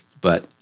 But-